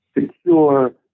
secure